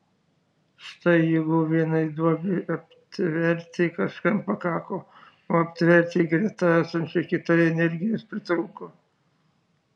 štai jėgų vienai duobei aptverti kažkam pakako o aptverti greta esančiai kitai energijos pritrūko